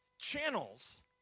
channels